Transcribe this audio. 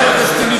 חבר הכנסת טיבי,